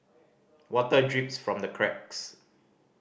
water drips from the cracks